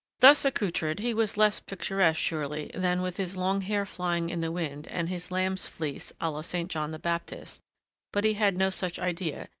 thus accoutred, he was less picturesque, surely, than with his long hair flying in the wind and his lamb's fleece a la saint john the baptist but he had no such idea,